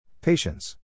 Patience